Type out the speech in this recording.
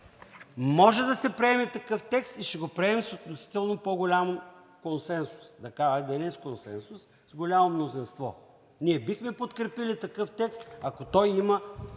може да се приеме такъв текст и ще го приемем с относително по-голям консенсус – хайде да не е с консенсус, с голямо мнозинство, ние бихме подкрепили такъв текст, ако той има